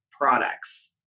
products